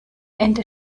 ende